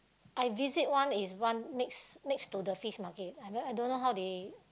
I visit one is one next next to the Fish Market I mean I don't know how they